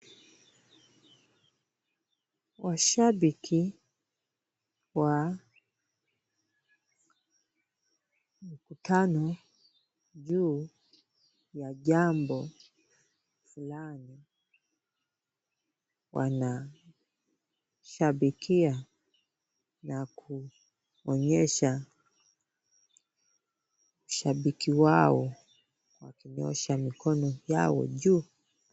Washabiki wa mkutano juu ya jambo fulani wanashabikia na kuonyesha ushabiki wao wakinyosha mikono yao juu.